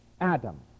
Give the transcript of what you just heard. Adam